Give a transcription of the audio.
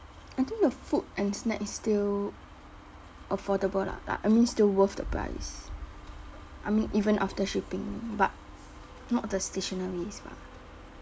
I think the food and snacks still affordable lah like I mean still worth the price I mean even after shipping but not the stationery bah